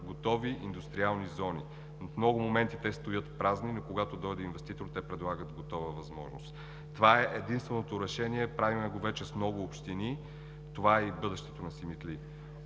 готови индустриални зони. В много моменти те стоят празни, но когато дойде инвеститор, те предлагат готова възможност. Това е единственото решение. Правим го вече с много общини. Това е и бъдещето на Силистра